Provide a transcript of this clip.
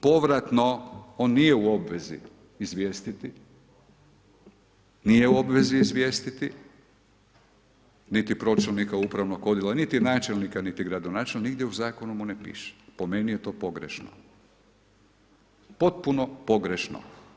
Povratno on nije u obvezi izvijestiti, nije u obvezi izvijestiti niti pročelnika upravnog odjela, niti načelnika, niti gradonačelnika, nigdje u zakonu mu ne piše, po meni je to pogrešno, potpuno pogrešno.